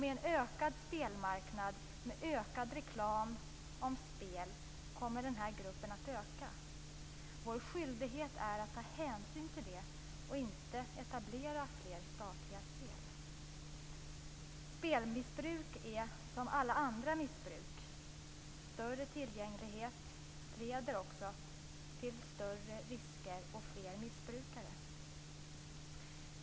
Med en ökad spelmarknad, med ökad reklam om spel kommer den här gruppen att växa. Vår skyldighet är att ta hänsyn till det och inte etablera fler statliga spel. Spelmissbruk är som alla andra missbruk. Större tillgänglighet leder också till större risker och fler missbrukare.